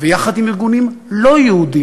ויחד עם ארגונים לא-יהודיים,